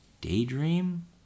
Daydream